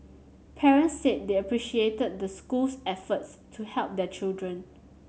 parents said they appreciated the school's efforts to help their children